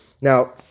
Now